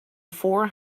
four